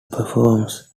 performs